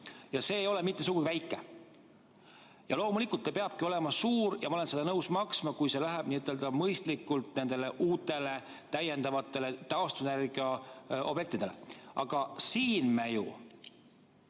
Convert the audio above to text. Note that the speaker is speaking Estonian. ja see ei ole mitte sugugi väike. Loomulikult see peabki olema suur ja ma olen seda nõus maksma, kui see kulutatakse mõistlikult, nendele uutele täiendavatele taastuvenergiaobjektidele. Aga me ju